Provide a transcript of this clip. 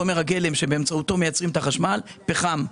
חומר הגלם שבאמצעותו מייצרים את החשמל פחם.